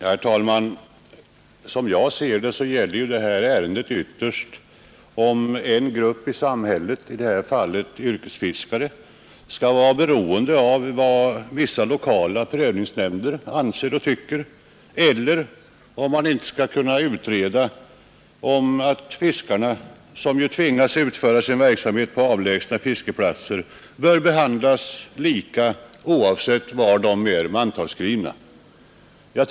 Herr talman! Som jag ser det gäller det här ärendet ytterst om en grupp i samhället — i detta fall yrkesfiskare — skall vara beroende av vad vissa lokala prövningsnämnder anser eller om man skall utreda om inte fiskarna, som ju tvingas utföra sin verksamhet på avlägsna fiskeplatser, bör behandlas lika oavsett var de är mantalsskrivna.